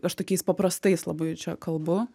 aš tokiais paprastais labai čia kalbu